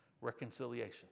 Reconciliation